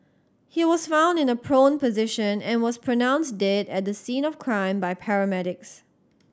he was found in a prone position and was pronounced dead at the scene of crime by paramedics